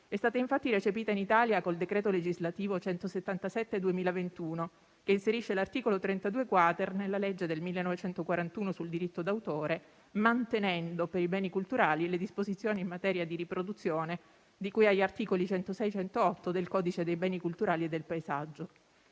è stata recepita in Italia con il decreto legislativo n. 177 del 2021, che inserisce l'articolo 32-*quater* nella legge del 1941 sul diritto d'autore, mantenendo per i beni culturali le disposizioni in materia di riproduzione di cui agli articoli 106 e 108 del codice dei beni culturali e del paesaggio.